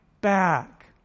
back